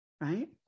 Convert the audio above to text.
right